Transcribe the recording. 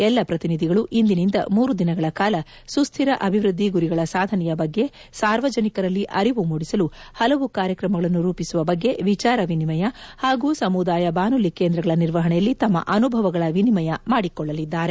ಎಲ್ಲ ಪ್ರತಿನಿಧಿಗಳು ಇಂದಿನಿಂದ ಮೂರು ದಿನಗಳ ಕಾಲ ಸುಖ್ಯರ ಅಭಿವೃದ್ದಿ ಗುರಿಗಳ ಸಾಧನೆಯ ಬಗ್ಗೆ ಸಾರ್ವಜನಿಕರಲ್ಲಿ ಅರಿವು ಮೂಡಿಸಲು ಹಲವು ಕಾರ್ಯಕ್ರಮಗಳನ್ನು ರೂಪಿಸುವ ಬಗ್ಗೆ ವಿಚಾರ ವಿನಿಮಯ ಪಾಗೂ ಸಮುದಾಯ ಬಾನುಲಿ ಕೇಂದ್ರಗಳ ನಿರ್ವಹಣೆಯಲ್ಲಿ ತಮ್ಮ ಅನುಭವಗಳ ವಿನಿಮಯ ಮಾಡಿಕೊಳ್ಳಲಿದ್ದಾರೆ